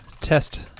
test